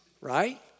right